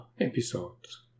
episodes